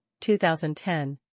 2010